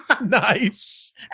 Nice